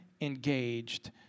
engaged